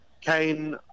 Kane